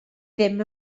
ddim